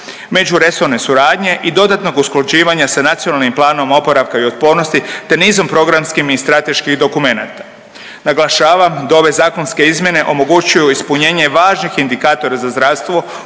međuresorne suradnje i dodatnog usklađivanja sa Nacionalnim planom oporavka i otpornosti te nizom programskih i strateških dokumenata. Naglašavam da ove zakonske izmjene omogućuju ispunjenje važnih indikatora za zdravstvo